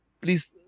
please